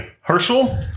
Herschel